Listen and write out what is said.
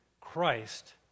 Christ